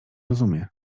rozumie